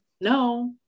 no